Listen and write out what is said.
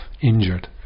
injured